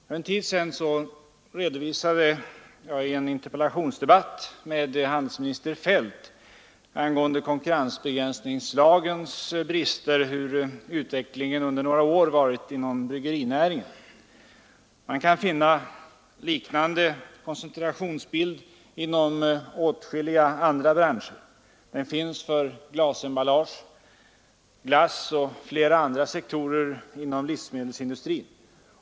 För en tid sedan redovisade jag i en interpellationsdebatt med handelsminister Feldt angående konkurrensbegränsningslagens brister hur utvecklingen under några år varit inom bryggerinäringen. Man kan finna en liknande koncentrationsbild inom åtskilliga branscher. Den finns för glasemballage, glass och flera andra sektorer inom livsmedelsindustrin.